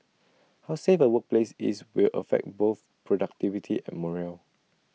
how safe A workplace is will affect both productivity and morale